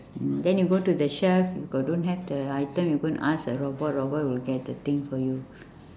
then you go to the chef if got don't have the item you go and ask the robot robot will get the thing for you